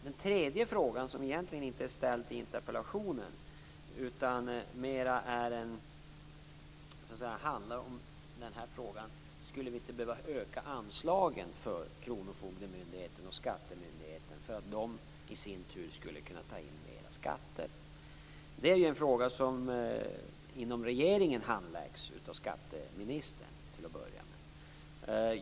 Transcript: Den tredje frågan, som egentligen inte är ställd i interpellationen, handlar om huruvida vi skulle behöva öka anslagen för kronofogdemyndigheten och skattemyndigheten för att de i sin tur skulle kunna ta in mera skatter. Inom regeringen handläggs den frågan av skatteministern.